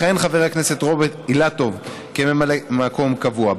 יכהן חבר הכנסת רוברט אילטוב כממלא מקום קבוע.